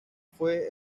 fue